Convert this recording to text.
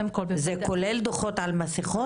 זה כולל דוחות על מסיכות?